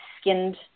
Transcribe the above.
skinned